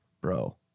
bro